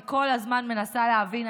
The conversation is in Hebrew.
אני כל הזמן מנסה להבין.